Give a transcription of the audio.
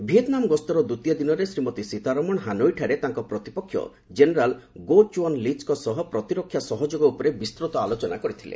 Vietnam ଗସ୍ତର ଦ୍ୱିତୀୟ ଦିନରେ ଶ୍ରୀମତୀ ସୀତାରମଣ ହାନୋଇଠାରେ ତାଙ୍କ ପ୍ରତିପକ୍ଷ ଜେନେରାଲ ଗୋ ଜୁଆନ୍ ଲିଚ୍ଙ୍କ ସହ ପ୍ରତିରକ୍ଷା ସହଯୋଗ ଉପରେ ବିସ୍ତୃତ ଆଲୋଚନା କରିଛନ୍ତି